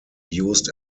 used